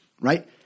right